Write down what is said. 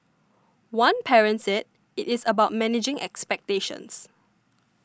one parent said it is about managing expectations